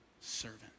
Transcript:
servant